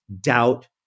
doubt